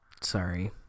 Sorry